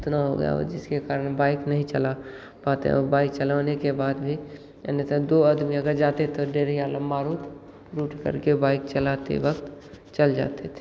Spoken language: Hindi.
इतना हो गया जिसके कारण बाइक नहीं चला पाते औ बाइक चलाने के बाद भी अने तो दो आदमी अगर जाते तो देड़ीया ले मारुत रूट करके बाइक चलाते वक्त चल जाते थे